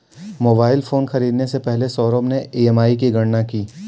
mobile phone खरीदने से पहले सौरभ ने ई.एम.आई की गणना की